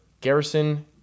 Garrison